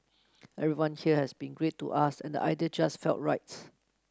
everyone here has been great to us and idea just felt right